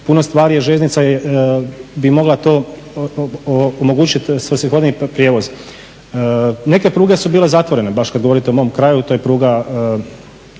puno je stvari. Jer željeznica bi mogla to omogućiti svrsihodniji prijevoz. Neke pruge su bile zatvorene, baš kad govorite o mom kraju, to je pruga